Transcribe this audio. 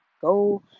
Go